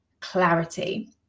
clarity